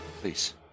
Please